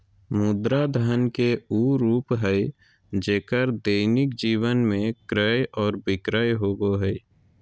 मुद्रा धन के उ रूप हइ जेक्कर दैनिक जीवन में क्रय और विक्रय होबो हइ